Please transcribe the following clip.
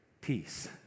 Peace